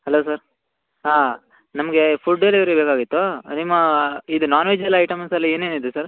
hello sir ಹಾಂ ನಮಗೆ food delivery ಬೇಕಾಗಿತ್ತು ನಿಮ್ಮ ಇದು ನಾನ್ವೆಜ್ ಎಲ್ಲ ಐಟಮ್ಸಲ್ಲಿ ಏನೇನು ಇದೆ ಸರ್